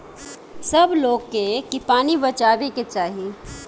सब लोग के की पानी बचावे के चाही